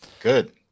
good